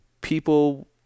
people